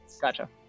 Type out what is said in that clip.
Gotcha